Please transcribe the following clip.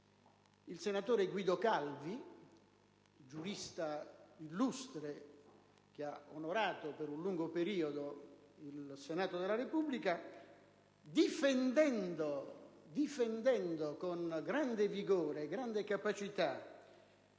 del senatore Guido Calvi, giurista illustre, che ha onorato per un lungo periodo il Senato della Repubblica, il quale, difendendo con grande vigore e grande capacità